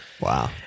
wow